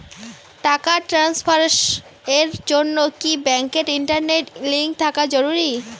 টাকা ট্রানস্ফারস এর জন্য কি ব্যাংকে ইন্টারনেট লিংঙ্ক থাকা জরুরি?